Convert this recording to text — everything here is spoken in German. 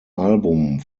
album